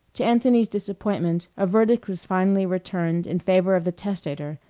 to anthony's disappointment a verdict was finally returned in favor of the testator,